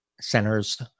Center's